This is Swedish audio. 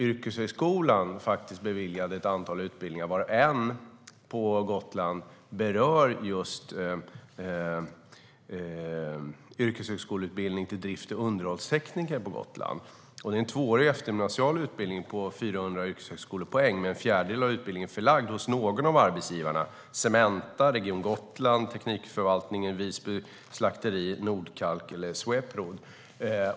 Yrkeshögskolan har beviljat ett antal utbildningar, varav en berör just yrkeshögskoleutbildning till drift och underhållstekniker på Gotland. Det är en tvåårig eftergymnasial utbildning på 400 yrkeshögskolepoäng, med en fjärdedel av utbildningen förlagd hos någon av arbetsgivarna Cementa, Region Gotlands teknikförvaltning, Visbys slakteri, Nordkalk eller Sweprod.